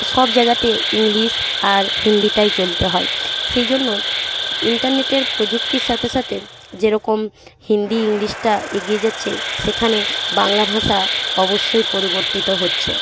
সব জায়গাতে ইংলিশ আর হিন্দিটাই চলতে হয় সেই জন্য ইন্টারনেটের প্রযুক্তির সাথে সাথে যেরকম হিন্দি ইংলিশটা এগিয়ে যাচ্ছে সেখানে বাংলা ভাষা অবশ্যই পরিবর্তিত হচ্ছে